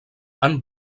han